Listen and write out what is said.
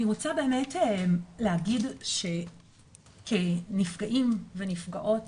אני רוצה באמת להגיד שכנפגעים ונפגעות